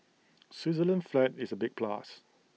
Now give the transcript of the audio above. Switzerland's flag is A big plus